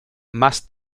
más